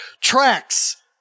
Tracks